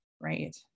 right